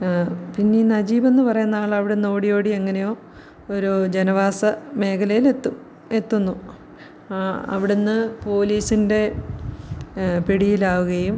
പിന്നെയീ നജീബെന്ന് പറയുന്നാളവിടുന്നോടി ഓടി എങ്ങനെയോ ഒരു ജനവാസ മേഖലയിലെത്തും എത്തുന്നു അവിടുന്ന് പോലീസിൻ്റെ പിടിയിലാവുകയും